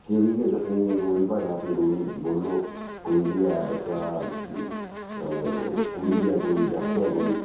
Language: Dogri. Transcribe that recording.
बच्चें बी इ'यै दस्सनी डोगरी भाशा अपनी डोगरी बोलो कोई बी ऐ बच्चा कुड़ी ऐ कोई जागत ऐ कोई